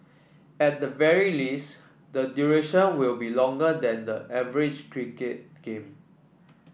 at the very least the duration will be longer than the average cricket game